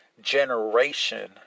generation